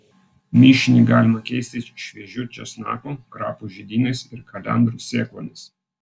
mišinį galima keisti šviežiu česnaku krapų žiedynais ir kalendrų sėklomis